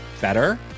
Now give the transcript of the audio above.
better